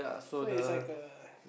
so it's like a